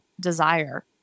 desire